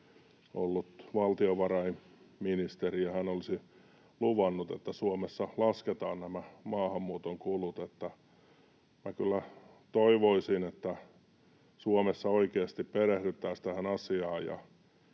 ollut valtiovarainministeri ja hän olisi luvannut, että Suomessa lasketaan nämä maahanmuuton kulut. Että minä kyllä toivoisin, että Suomessa oikeasti perehdyttäisiin tähän asiaan